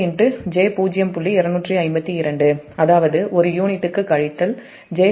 252 சமம் அதாவது ஒரு யூனிட்டுக்கு கழித்தல் j 0